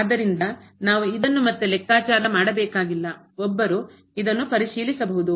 ಆದ್ದರಿಂದ ನಾವು ಇದನ್ನು ಮತ್ತೆ ಲೆಕ್ಕಾಚಾರ ಮಾಡಬೇಕಾಗಿಲ್ಲ ಒಬ್ಬರು ಇದನ್ನು ಪರಿಶೀಲಿಸಬಹುದು